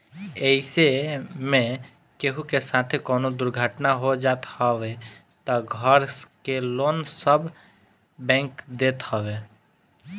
अइसे में केहू के साथे कवनो दुर्घटना हो जात हवे तअ घर के लोन सब बैंक देत हवे